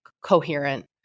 coherent